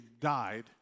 died